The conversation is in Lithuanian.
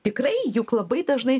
tikrai juk labai dažnai